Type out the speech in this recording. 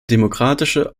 demokratische